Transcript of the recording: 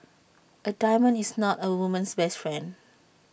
A diamond is not A woman's best friend